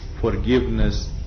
forgiveness